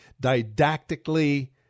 didactically